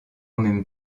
même